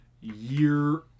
year